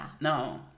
No